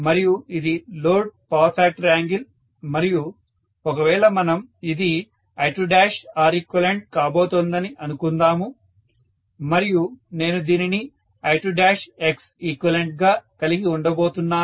మరియు ఇది load power factor angle మరియు ఒకవేళ మనం ఇది I2Req కాబోతోందని అనుకుందాము మరియు నేను దీనిని I2Xeq గా కలిగి ఉండబోతున్నాను